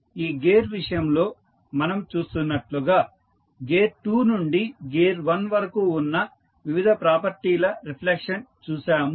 ఈ గేర్ విషయంలో మనం చూస్తున్నట్లుగా గేర్ 2 నుండి గేర్ 1 వరకు ఉన్న వివిధ ప్రాపర్టీల రిఫ్లెక్షన్ చూశాము